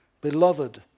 Beloved